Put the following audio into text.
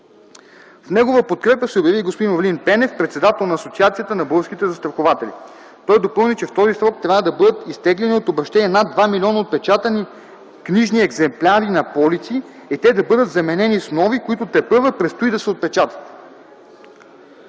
В негова подкрепа се обяви и господин Орлин Пенев – председател на Асоциацията на българските застрахователи. Той допълни, че в този срок трябва да бъдат изтеглени от обръщение над 2 млн. отпечатани книжни екземпляра на полици и те да бъдат заменени с нови, които тепърва предстои да се отпечатат.